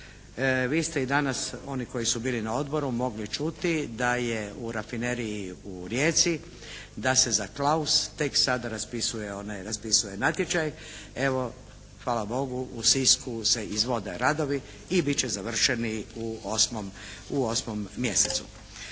Vi ste i danas, oni koji su bili na Odboru mogli i čuti da je u rafineriji u Rijeci da se za «klaus» tek sada raspisuje, raspisuje natječaj. Evo hvala Bogu u Sisku se izvode radovi i bit će završeni u osmom, u